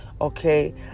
Okay